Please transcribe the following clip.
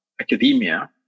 academia